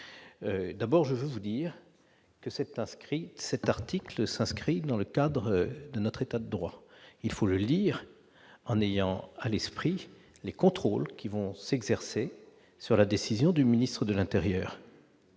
d'abord je veux vous dire que c'est inscrit cet article s'inscrit dans le cadre de notre état de droit, il faut le lire en ayant à l'esprit les contrôles qui vont s'exercer sur la décision du ministre de l'Intérieur.